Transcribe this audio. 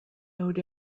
owed